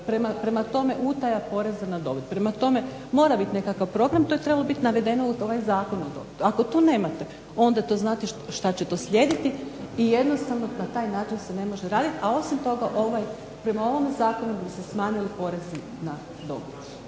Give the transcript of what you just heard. Prema tome, utaja poreza na dobit. Prema tome, mora biti nekakav program. To je trebalo biti navedeno u ovaj zakon. Ako to nemate onda to znate što će to slijediti. I jednostavno na taj način se ne može raditi, a osim toga prema ovome zakonu bi se smanjili porezi na dobit,a